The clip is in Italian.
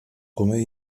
come